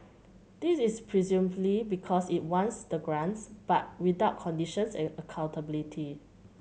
this is presumably because it wants the grants but without conditions and accountability